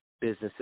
businesses